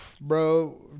Bro